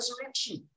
resurrection